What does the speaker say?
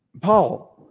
Paul